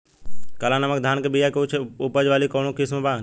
काला नमक धान के बिया के उच्च उपज वाली किस्म कौनो बाटे?